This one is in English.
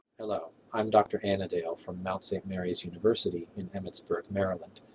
hello, i'm dr. anadale from mount st. mary's university in emmitsburg, maryland.